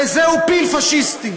וזהו פיל פאשיסטי.